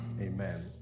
amen